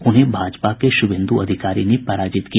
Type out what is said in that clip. उन्हें भाजपा के शुभेन्द् अधिकारी ने पराजित किया